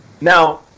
Now